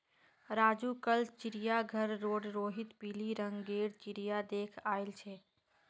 राजू कल चिड़ियाघर रोड रोहित पिली रंग गेर चिरया देख याईल छे